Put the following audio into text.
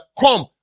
come